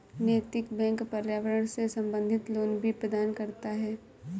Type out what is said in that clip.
नैतिक बैंक पर्यावरण से संबंधित लोन भी प्रदान करता है